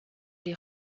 les